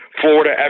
Florida